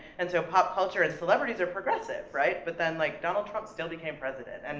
and so pop culture and celebrities are progressive, right? but then, like, donal trump still became president, and